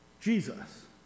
Jesus